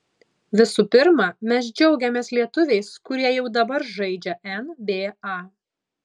visų pirma mes džiaugiamės lietuviais kurie jau dabar žaidžia nba